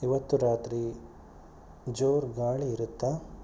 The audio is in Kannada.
ಇವತ್ತು ರಾತ್ರಿ ಜೋರು ಗಾಳಿ ಇರುತ್ತಾ